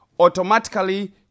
automatically